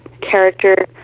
character